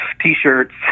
t-shirts